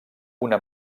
una